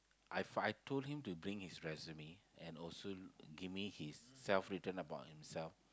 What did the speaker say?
I've I told him to bring his resume and also give me his self written about himself